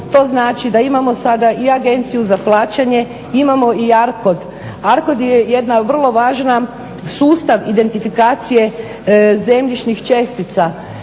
To znači da imamo sada i Agenciju za plaćanje, imamo i ARCOD. ARCOD je jedan vrlo važan sustav identifikacije zemljišnih čestica.